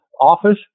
office